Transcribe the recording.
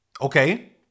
Okay